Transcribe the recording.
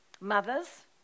mothers